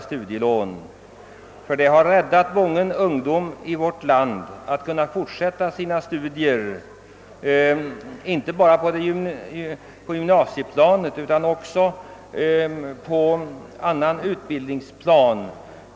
Studielånet har hjälpt många ungdomar i vårt land att fortsätta sina studier inte bara på gymnasieplanet utan också på annat utbildningsplan.